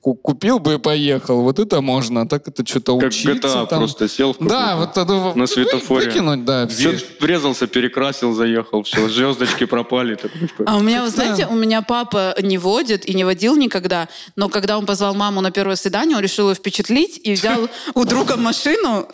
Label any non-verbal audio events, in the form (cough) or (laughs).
ку- купил бы и поехал. Вот это можно, а так это чё-то Как учиться GTA там. просто сел в Да, какую-то вот это вот. на Ну и светофоре. выкинуть, да, Всё всё. ж врезался, перекрасил, заехал, всё, (laughs) звёздочки пропали, такой, типа. А у меня, вот знаете, (laughs) Да. у меня папа не водит и не водил никогда, но когда он позвал маму на первое свидание, он решил её впечатлить и (laughs) взял у друга машину,